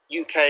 UK